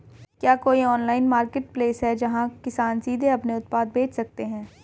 क्या कोई online marketplace है जहां किसान सीधे अपने उत्पाद बेच सकते हैं?